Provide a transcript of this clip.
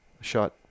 shot